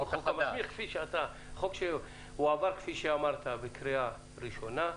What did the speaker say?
חוק שהועבר כפי שאמרת בקריאה ראשונה.